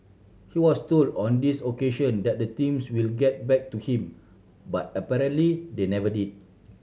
he was told on this occasion that the teams will get back to him but apparently they never did